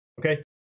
Okay